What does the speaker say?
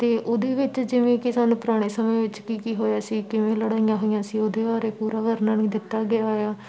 ਅਤੇ ਉਹਦੇ ਵਿੱਚ ਜਿਵੇਂ ਕਿ ਸਾਨੂੰ ਪੁਰਾਣੇ ਸਮੇਂ ਵਿੱਚ ਕੀ ਕੀ ਹੋਇਆ ਸੀ ਕਿਵੇਂ ਲੜਾਈਆਂ ਹੋਈਆਂ ਸੀ ਉਹਦੇ ਬਾਰੇ ਪੂਰਾ ਵਰਣਨ ਦਿੱਤਾ ਗਿਆ ਆ